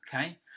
Okay